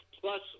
Plus